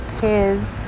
kids